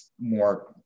more